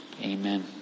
Amen